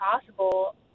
possible